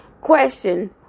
question